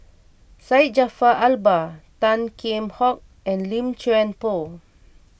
Syed Jaafar Albar Tan Kheam Hock and Lim Chuan Poh